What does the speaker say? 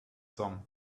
some